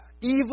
evil